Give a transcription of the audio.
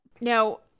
Now